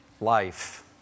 life